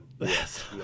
Yes